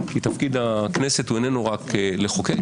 כי תפקיד הכנסת איננו רק לחוקק,